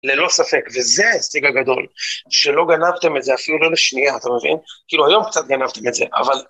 ללא ספק, וזה ההשג הגדול, שלא גנבתם את זה אפילו לא לשנייה, אתה מבין? כאילו היום קצת גנבתם את זה, אבל...